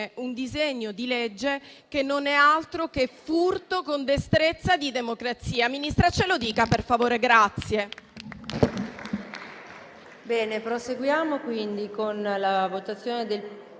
un disegno di legge che non è altro che un furto con destrezza di democrazia. Ministra, ce lo dica per favore, grazie.